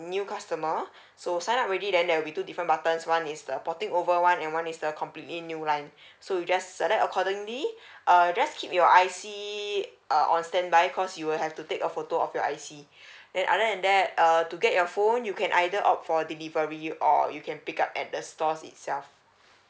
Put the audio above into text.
new customer so sign up already then there will be two different buttons one is the porting over one and one is the completely new line so you just select accordingly err just keep your I_C uh on standby cause you will have to take a photo of your I_C then other than that uh to get your phone you can either opt for delivery or you can pick up at the stores itself